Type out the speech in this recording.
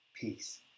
Peace